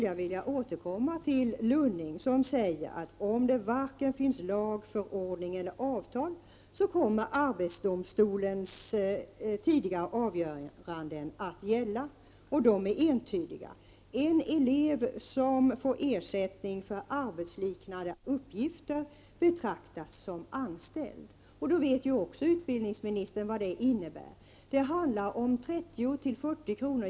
Jag vill återkomma till Lunning som säger att om det varken finns lag, förordning eller avtal så kommer arbetsdomstolens tidigare avgöranden att gälla, och de är entydiga. Den elev som får ersättning för arbetsliknande uppgifter betraktas som anställd. Också utbildningsministern vet vad det innebär. Det handlar om 30-40 kr.